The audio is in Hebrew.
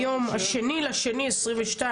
היום ה-2.2.22,